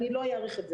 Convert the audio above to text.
לא אאריך.